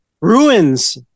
Ruins